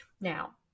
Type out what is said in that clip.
Now